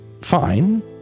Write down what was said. fine